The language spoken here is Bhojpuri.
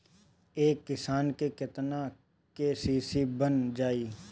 एक किसान के केतना के.सी.सी बन जाइ?